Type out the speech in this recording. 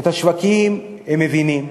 את השווקים הם מבינים,